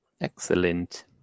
Excellent